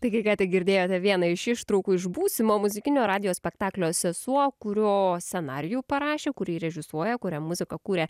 taigi ką tik girdėjote vieną iš ištraukų iš būsimo muzikinio radijo spektaklio sesuo kurio scenarijų parašė kurį režisuoja kuria muziką kuria